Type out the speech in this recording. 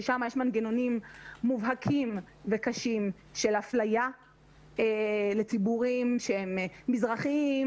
ששם יש מנגנונים מובהקים וקשים של אפליה לציבורים שהם מזרחיים,